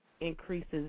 increases